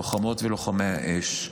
לוחמות ולוחמי האש,